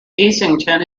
easington